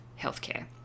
healthcare